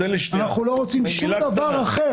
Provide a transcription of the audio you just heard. אנחנו לא רוצים שום דבר אחר.